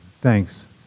Thanks